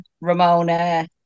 Ramona